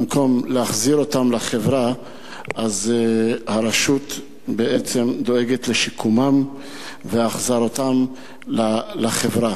במקום להחזיר אותם לחברה הרשות בעצם דואגת לשיקומם ולהחזרתם לחברה.